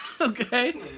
Okay